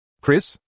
Chris